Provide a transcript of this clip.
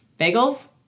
bagels